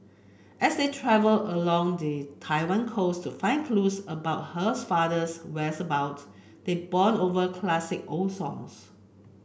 as they travel along the Taiwan coast to find clues about hers father's whereabouts they bond over classic old songs